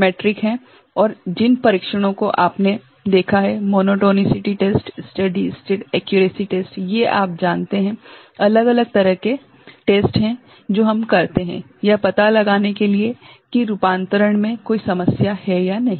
metric हैं और जिन परीक्षणों को आपने देखा हैं मोनोटोनिसिटी परीक्षण स्टेडी स्टेट एक्यूरेसी परीक्षण ये आप जानते हैं अलग अलग तरह के परीक्षण हैं जो हम करते हैं यह पता लगाने के लिए कि रूपांतरण में कोई समस्या है या नहीं